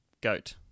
Goat